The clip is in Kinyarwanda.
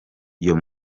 iyo